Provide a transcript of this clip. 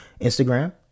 instagram